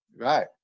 Right